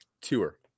Tour